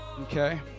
Okay